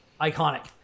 iconic